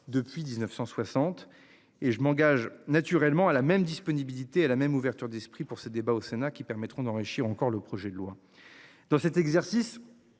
depuis 1960 et je m'engage naturellement à la même disponibilité à la même ouverture d'esprit pour ce débat au Sénat qui permettront d'enrichir encore le projet de loi. Dans cet exercice.